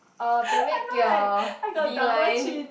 uh to make your V line